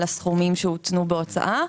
על הסכומים שהותנו בהוצאה.